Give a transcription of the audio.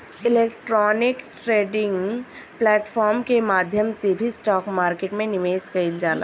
electronic trading platform के माध्यम से भी स्टॉक मार्केट में निवेश कईल जाला